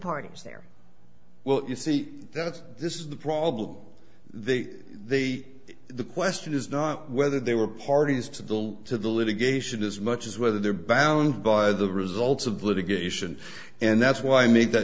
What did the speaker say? parties there well you see that this is the problem they the the question is not whether they were parties to go to the litigation as much as whether they are balanced by the results of litigation and that's why i